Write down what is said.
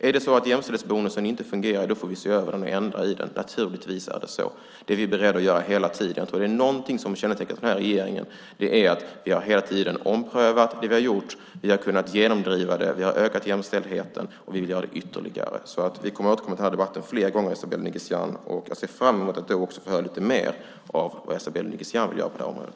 Om jämställdhetsbonusen inte fungerar får vi se över den och ändra i den, naturligtvis. Det är vi beredda att göra hela tiden. Något som kännetecknar den här regeringen är att vi hela tiden har omprövat det vi har gjort. Vi har kunnat genomdriva det. Vi har ökat jämställdheten, och vi vill göra det ytterligare. Vi återkommer i den här debatten fler gånger, Esabelle Dingizian, och jag ser fram emot att då också få höra lite mer om vad Esabelle Dingizian vill göra på det här området.